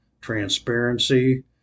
transparency